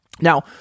Now